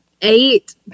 Eight